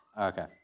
Okay